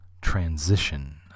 Transition